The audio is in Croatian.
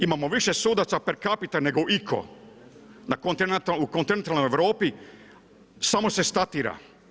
Imamo više sudaca per capita nego itko u kontinentalnoj Europi, samo se statira.